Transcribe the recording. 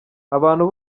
abantu